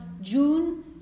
June